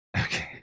Okay